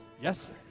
Yes